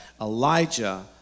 Elijah